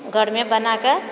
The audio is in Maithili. घरमे बना कऽ